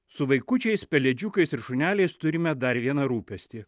su vaikučiais pelėdžiukais ir šuneliais turime dar vieną rūpestį